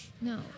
no